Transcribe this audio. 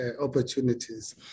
opportunities